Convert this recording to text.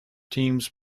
teams